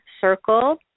Circle